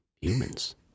humans